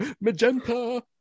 magenta